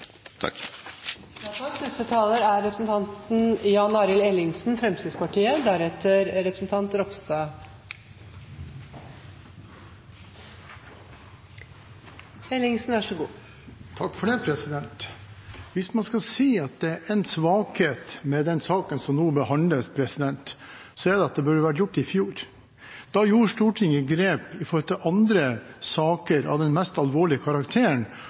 Hvis man skal si at det er en svakhet med denne saken som nå behandles, er det at den burde vært behandlet i fjor. Da tok Stortinget grep i saker av den mest alvorlige karakteren.